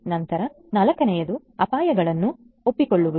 ನಂತರ ನಾಲ್ಕನೆಯದು ಅಪಾಯಗಳನ್ನು ಒಪ್ಪಿಕೊಳ್ಳುವುದು